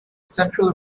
central